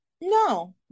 No